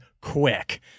quick